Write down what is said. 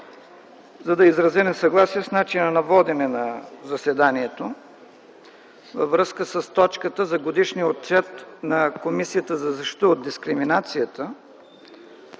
за да изразя несъгласие с начина на водене на заседанието във връзка с точката за Годишния отчет на Комисията за защита от дискриминация.